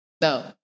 no